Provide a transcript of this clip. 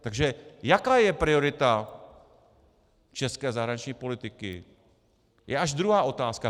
Takže jaká je priorita české zahraniční politiky, je až druhá otázka.